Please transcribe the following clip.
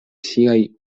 siaj